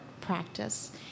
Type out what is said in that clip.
practice